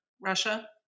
Russia